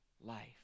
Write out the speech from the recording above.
life